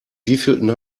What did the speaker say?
wievielten